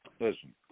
Listen